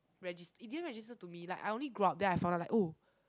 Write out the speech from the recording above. regis~ it didn't register to me like I only grew up then I found out like oh